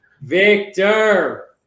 Victor